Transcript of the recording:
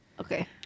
Okay